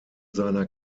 seiner